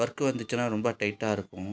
work வந்துச்சுனா ரொம்ப டைட்டாக இருக்கும்